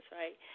right